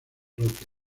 roque